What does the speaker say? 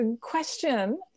Question